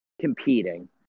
competing